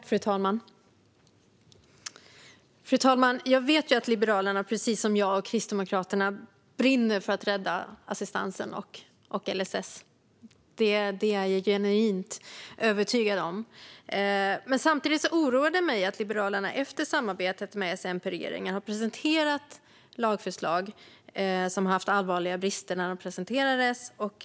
Fru talman! Jag vet att Liberalerna, precis som jag och Kristdemokraterna, brinner för att rädda assistansen och LSS. Detta är jag genuint övertygad om. Samtidigt oroar det mig att Liberalerna efter samarbetet med SMP-regeringen har presenterat lagförslag som hade allvarliga brister när de presenterades.